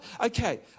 okay